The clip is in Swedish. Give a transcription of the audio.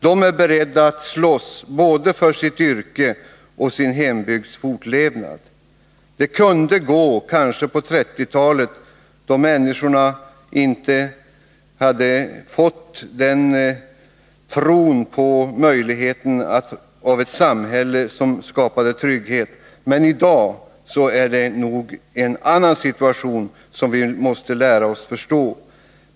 De är beredda att slåss för både sitt yrke och sin hembygds fortlevnad. Att bara lägga ned företag kunde kanske gå på 1930-talet, då människorna inte hade fått någon verklig tro på möjligheten av ett samhälle som skapade trygghet, men i dag är situationen en annan. Det måste vi nog lära oss förstå.